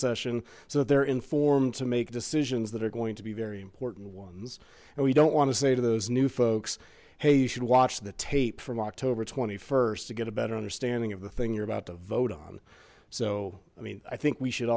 session so that they're informed to make decisions that are going to be very important ones and we don't want to say to those new folks hey you should watch the tape from october st to get a better understanding of the thing you're about to vote on so i mean i think we should